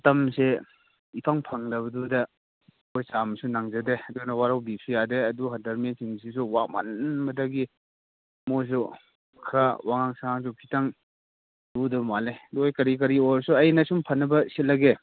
ꯃꯇꯝꯁꯦ ꯏꯐꯪ ꯐꯪꯗꯕꯗꯨꯗ ꯑꯩꯈꯣꯏ ꯆꯥꯝꯕꯁꯨ ꯅꯪꯖꯗꯦ ꯑꯗꯨꯅ ꯋꯥꯔꯧꯕꯤꯕꯁꯨ ꯌꯥꯗꯦ ꯑꯗꯨ ꯍꯟꯗꯛ ꯃꯤꯁꯤꯡꯁꯤꯁꯨ ꯋꯥꯃꯟꯕꯗꯒꯤ ꯃꯈꯣꯏꯁꯨ ꯈꯔ ꯋꯥꯉꯥꯡ ꯁꯉꯥꯡꯁꯨ ꯈꯤꯇꯪ ꯂꯨꯗꯕ ꯃꯥꯜꯂꯦ ꯑꯗꯨ ꯑꯩ ꯀꯔꯤ ꯀꯔꯤ ꯑꯣꯏꯔꯁꯨ ꯑꯩꯅ ꯁꯨꯝ ꯐꯅꯕ ꯁꯤꯜꯂꯒꯦ